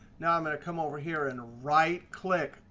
now i'm going to come over here and right click.